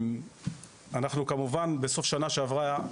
אנחנו כמובן בסוף שנה שעברה,